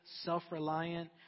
self-reliant